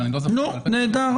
נהדר.